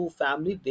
family